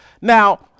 Now